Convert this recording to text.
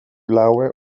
lawer